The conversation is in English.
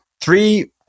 three